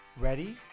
Ready